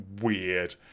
weird